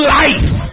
life